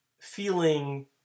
feeling